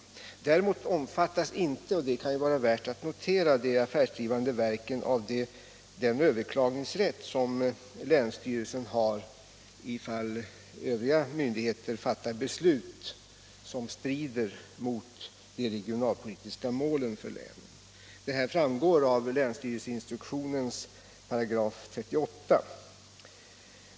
Däremot omfattas inte — och det kan vara värt att notera — de affärsdrivande verken av den överklagningsrätt som länsstyrelsen har ifall övriga myndigheter fattar beslut som strider mot de regionalpolitiska målen för länet. Detta framgår av länsstyrelseinstruktionens 38 3.